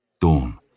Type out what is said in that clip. dawn